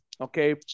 okay